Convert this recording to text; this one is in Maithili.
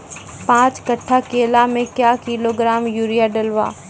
पाँच कट्ठा केला मे क्या किलोग्राम यूरिया डलवा?